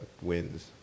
wins